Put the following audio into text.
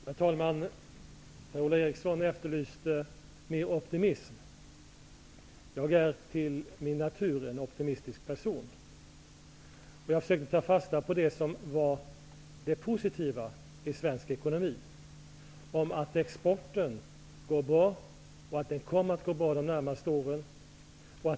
Herr talman! Per-Ola Eriksson efterlyste mer optimism. Jag är till min natur en optimistisk person. Jag försökte ta fasta på det positiva i svensk ekonomi, att exporten går bra och att den kommer att gå bra de närmaste åren.